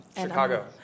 Chicago